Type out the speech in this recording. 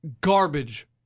garbage